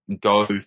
go